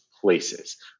places